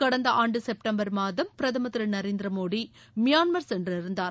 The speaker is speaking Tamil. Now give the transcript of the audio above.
கடந்த ஆண்டு செப்டம்பர் மாதம் பிரதமர் திரு நரேந்திர மோடி மியான்மர் சென்றிருந்தார்